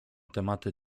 tematy